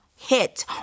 hit